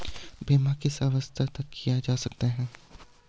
बीमा किस अवस्था तक किया जा सकता है?